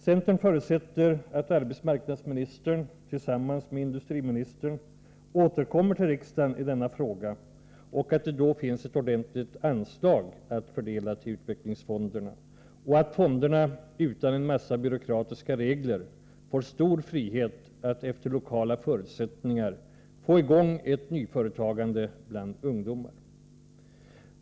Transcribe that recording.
Centern förutsätter att arbetsmarknadsministern tillsammans med industriministern återkommer till riksdagen i denna fråga och att det då finns ett ordentligt anslag att fördela till utvecklingsfonderna samt att fonderna utan en mängd byråkratiska regler får stor frihet att efter lokala förutsättningar få i gång ett nyföretagande bland ungdomar.